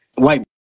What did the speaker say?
White